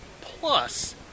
Plus